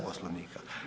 Poslovnika.